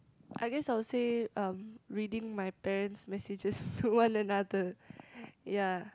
I guess I will say um reading my parents messages to one another ya